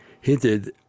hinted